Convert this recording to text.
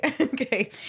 Okay